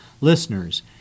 listeners